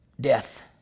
death